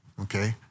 Okay